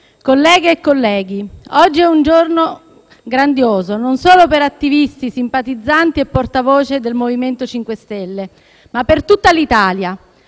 colleghe e colleghi, oggi è un giorno grandioso non solo per attivisti, simpatizzanti e portavoce del MoVimento 5 Stelle, ma per tutta l'Italia.